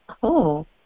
Cool